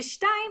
ושניים,